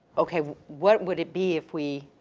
okay, what would it be if we